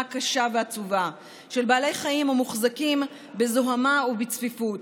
קשה ועצובה של בעלי חיים המוחזקים בזוהמה ובצפיפות,